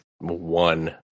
one